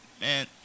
Man